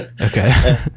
Okay